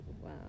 Wow